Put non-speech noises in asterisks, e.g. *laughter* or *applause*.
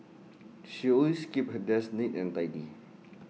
*noise* she always keeps her desk neat and tidy